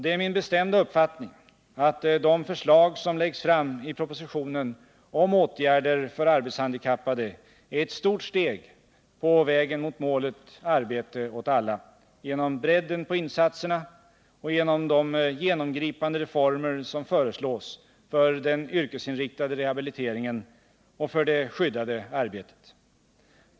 Det är min bestämda uppfattning att de förslag som läggs fram i propositionen om åtgärder för arbetshandikappade är ett stort steg på vägen mot målet arbete åt alla, genom bredden på insatserna och genom de genomgripande reformer som föreslås för den yrkesinriktade rehabiliteringen och för det skyddade arbetet.